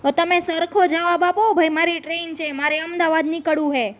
તો તમે સરખો જવાબ આપો ભાઈ મારી ટ્રેન છે મારે અમદાવાદ નીકળવું છે